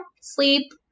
sleep